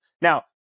Now